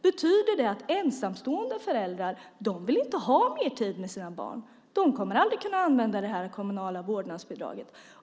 Betyder det att ensamstående föräldrar inte vill ha mer tid med sina barn? De kommer aldrig att kunna använda det kommunala vårdnadsbidraget.